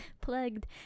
plugged